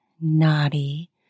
naughty